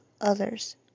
others